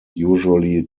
usually